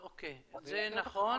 כן, זה נכון.